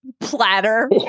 platter